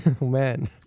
man